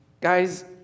Guys